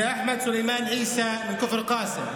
ואחמד סולימאן עיסא מכפר קאסם.